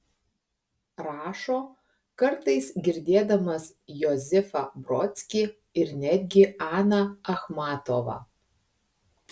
rašo kartais girdėdamas josifą brodskį ir netgi aną achmatovą